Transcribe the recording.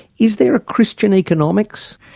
is there a christian economics?